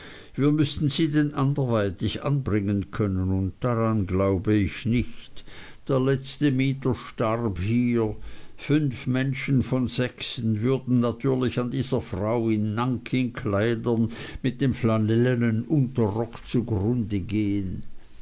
wir müßten sie denn anderweitig anbringen können und daran glaube ich nicht der letzte mieter starb hier fünf menschen von sechsen würden natürlich an dieser frau in nankingkleidern mit dem flanellnen unterrock zugrunde gehen